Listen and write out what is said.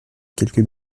quelques